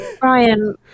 Brian